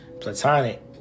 platonic